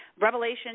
Revelation